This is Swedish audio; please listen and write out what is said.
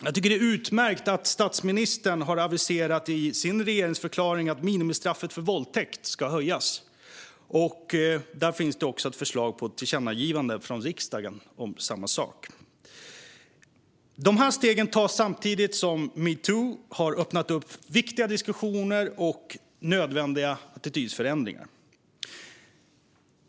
Jag tycker att det är utmärkt att statsministern har aviserat i sin regeringsförklaring att minimistraffet för våldtäkt ska höjas. Också där finns ett förslag till tillkännagivande från riksdagen om samma sak. Dessa steg tas samtidigt som metoo har öppnat upp viktiga diskussioner och nödvändiga attitydförändringar.